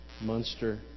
Munster